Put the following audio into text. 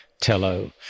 Tello